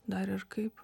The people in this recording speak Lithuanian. dar ir kaip